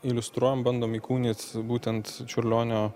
iliustruojam bandom įkūnyt būtent čiurlionio